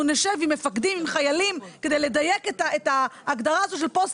נשב עם מפקדים ועם חיילים כדי לדייק את ההגדרה הזאת של פוסט